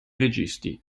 registi